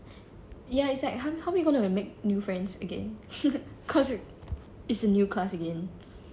ya it's like how are we gonna make new friends again cause it's a new class again